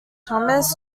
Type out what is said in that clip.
thomas